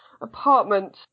apartment